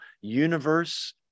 universe